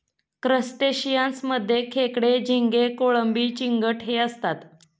crustaceans मध्ये खेकडे, झिंगे, कोळंबी, चिंगट हे असतात